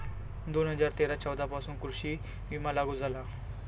दोन हजार तेरा चौदा पासून कृषी विमा लागू झाला